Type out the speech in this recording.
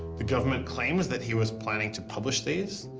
the government claimed that he was planning to publish these,